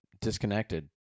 disconnected